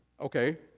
Okay